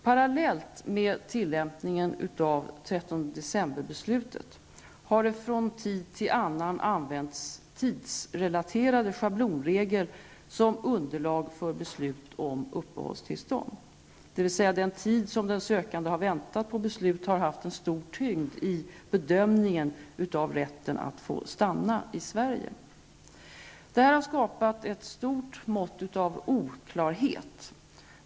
Parallellt med tillämpningen av 13 decemberbeslutet har det från tid till annan använts tidsrelaterade schablonregler som underlag för beslut om uppehållstillstånd, dvs. den tid som den sökande har väntat på beslut har haft stor tyngd i bedömningen av rätten att få stanna i Sverige. Detta har skapat ett stort mått av oklarhet.